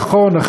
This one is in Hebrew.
הנכון,